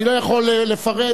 אני לא יכול לפרט.